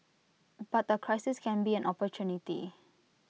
but A crisis can be an opportunity